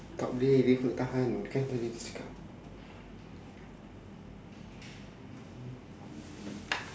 tak boleh r~ tahan kan apa dia cakap